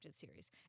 series